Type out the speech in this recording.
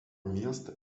miestą